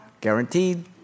Guaranteed